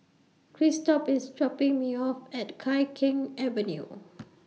Christop IS dropping Me off At Tai Keng Avenue